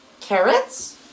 carrots